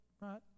right